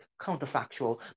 counterfactual